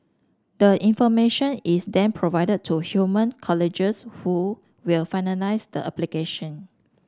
the information is then provided to human colleagues who will finalise the application